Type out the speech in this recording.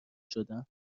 شدم